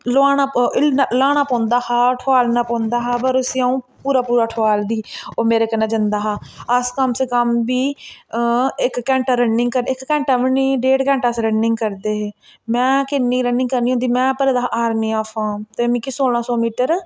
लुहाना पौंदा ल्हाना पौंदा हा ठोआलना पौंदा हा पर उसी आ'ऊं पूरा पूरा ठोआलदी ही ओह् मेरे कन्नै जंदा हा अस कम से कम बी इक घैंटा रनिंग करदे इक घैंटा बी नी डेढ घैंटा अस रनिंग करदे हे में किन्नी रनिंग करनी होंदी में भरे दा हा आर्मी दा फार्म ते मिकी सोलां सौ मीटर